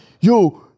Yo